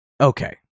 Okay